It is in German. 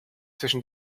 zwischen